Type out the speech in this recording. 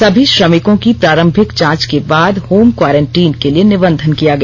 सभी श्रमिकों की प्रारंभिक जांच के बाद होम क्वारंटीन के लिए निबंधन किया गया